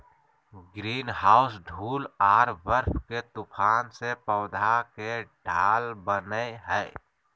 greenhouse धूल आर बर्फ के तूफान से पौध के ढाल बनय हइ